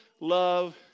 love